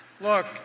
Look